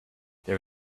there